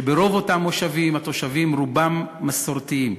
וברוב אותם מושבים התושבים, רובם, מסורתיים.